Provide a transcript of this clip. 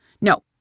No